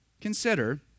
Consider